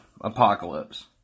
apocalypse